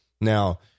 Now